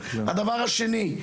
הדבר השני,